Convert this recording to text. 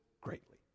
greatly